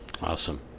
Awesome